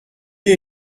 est